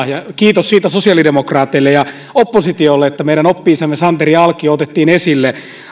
ja kiitos siitä sosiaalidemokraateille ja oppositiolle että meidän oppi isämme santeri alkio otettiin esille